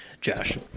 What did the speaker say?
Josh